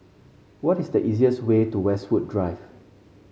what is the easiest way to Westwood Drive